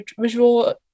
visual